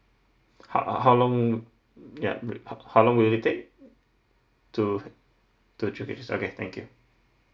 how how long yup how how long will it take two two three weeks okay thank you